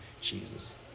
Jesus